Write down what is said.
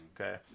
Okay